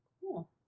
Cool